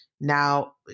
now